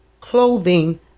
clothing